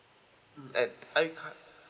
and are you currently